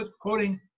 quoting